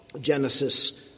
Genesis